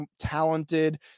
talented